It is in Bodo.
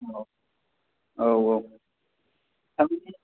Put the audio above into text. औ औ औ थारमानि